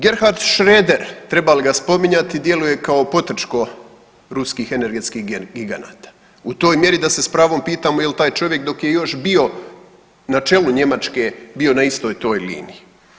Gerhard Schroder treba li ga spominjati djeluje kao potrčko ruskih energetskih giganata u toj mjeri da se s pravom pitamo jel taj čovjek dok je još bio na čelu Njemačke bio na istoj toj liniji.